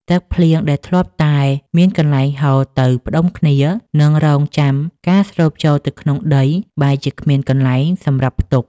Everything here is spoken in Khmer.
ទឹកភ្លៀងដែលធ្លាប់តែមានកន្លែងហូរទៅផ្ដុំគ្នា និងរង់ចាំការស្រូបចូលទៅក្នុងដី បែរជាគ្មានកន្លែងសម្រាប់ផ្ទុក។